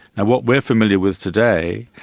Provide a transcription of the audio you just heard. and what we're familiar with today,